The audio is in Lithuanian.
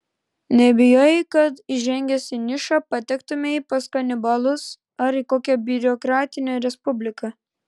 nebijai kad įžengęs į nišą patektumei pas kanibalus ar į kokią biurokratinę respubliką